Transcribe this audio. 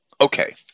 Okay